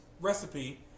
recipe